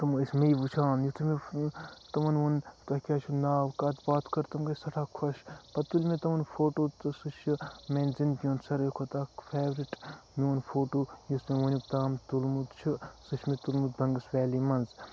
تِم ٲسۍ مےٚ وٕچھان یُتھٕے مےٚ تِمَن وۄن تۄہہِ کیاہ چھو ناو کتھ باتھ کٔر تِم گٔے سیٚٹھاہ خۄش پَتہٕ تُلۍ مےٚ تِمَن فوٹو تہِ سُہ چھُ میانہِ زِندگی ہُنٛد ساروی کھۄتہٕ اکھ فیورِٹ میون فوٹو یُس مےٚ ونیُک تام تُلمُت چھُ سُہ چھُ مےٚ تُلمُت بَنگَس ویلی مَنٛز